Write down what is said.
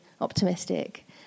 optimistic